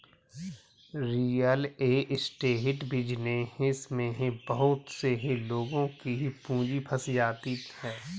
real estate business में बहुत से लोगों की पूंजी फंस जाती है